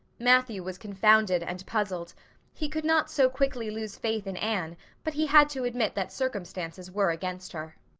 matthew was confounded and puzzled he could not so quickly lose faith in anne but he had to admit that circumstances were against her.